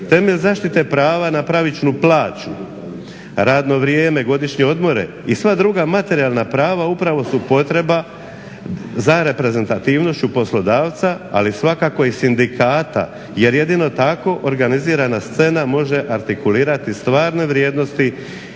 Temelj zašite prava na pravičnu plaću, radno vrijeme, godišnje odmore i sva druga materijalna prava upravo su potreba za reprezentativnošću poslodavca, ali svakako i sindikata. Jer jedino tako organizirana scena može artikulirati stvarne vrijednosti